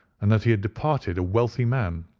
and that he had departed a wealthy man,